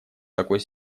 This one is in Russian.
такой